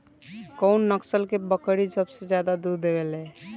कउन नस्ल के बकरी सबसे ज्यादा दूध देवे लें?